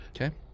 Okay